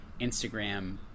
Instagram